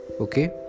okay